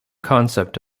concept